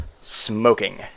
smoking